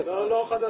הוא לא חדש.